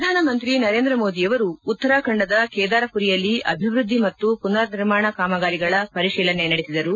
ಪ್ರಧಾನಮಂತ್ರಿ ನರೇಂದ್ರ ಮೋದಿಯವರು ಉತ್ತರಾಖಂಡದ ಕೇದಾರಪುರಿಯಲ್ಲಿ ಅಭಿವೃದ್ಧಿ ಮತ್ತು ಪುನರ್ನಿರ್ಮಾಣ ಕಾಮಗಾರಿಗಳ ಪರಿಶೀಲನೆ ನಡೆಸಿದರು